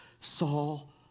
Saul